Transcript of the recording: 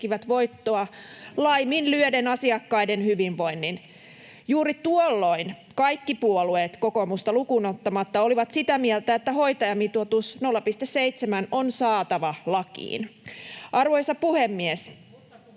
Voi hyvä ihme sentään!] laiminlyöden asiakkaiden hyvinvoinnin. Juuri tuolloin kaikki puolueet kokoomusta lukuun ottamatta olivat sitä mieltä, että hoitajamitoitus 0,7 on saatava lakiin. [Sari